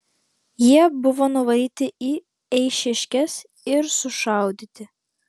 jie buvo nuvaryti į eišiškes ir sušaudyti